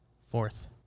Fourth